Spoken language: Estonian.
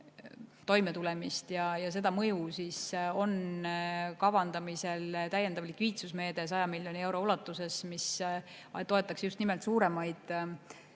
toimetulemist, siis on kavandamisel täiendav likviidsusmeede 100 miljoni euro ulatuses, mis toetaks just nimelt suuremaid